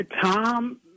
Tom